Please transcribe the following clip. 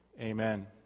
Amen